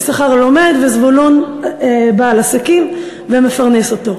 יששכר לומד וזבולון בעל עסקים ומפרנס אותו.